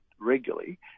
regularly